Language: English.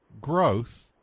growth